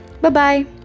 Bye-bye